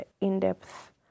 in-depth